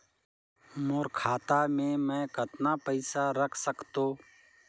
मोर खाता मे मै कतना पइसा रख सख्तो?